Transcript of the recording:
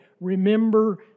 Remember